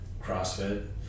CrossFit